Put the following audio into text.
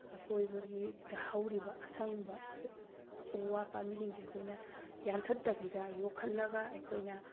ꯑꯀꯣꯏꯕꯒꯤꯗ ꯍꯧꯔꯤꯕ ꯑꯁꯪꯕ ꯎ ꯋꯥ ꯄꯥꯝꯕꯤꯁꯤꯡꯁꯦ ꯑꯩꯈꯣꯏꯅ ꯌꯥꯟꯊꯠꯇꯕꯤꯗ ꯌꯣꯛꯈꯠꯂꯒ ꯑꯩꯈꯣꯏꯅ